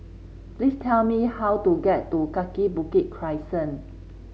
please tell me how to get to Kaki Bukit Crescent